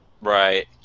Right